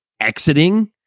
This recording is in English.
exiting